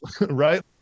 right